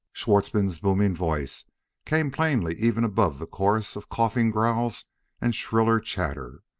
schwartzmann's booming voice came plainly even above the chorus of coughing growls and shriller chatter.